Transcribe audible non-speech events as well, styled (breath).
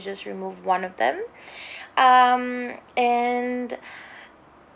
just remove one of them (breath) um and (breath)